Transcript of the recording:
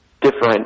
different